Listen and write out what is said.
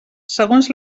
segons